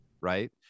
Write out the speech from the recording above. right